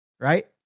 Right